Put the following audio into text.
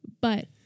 But-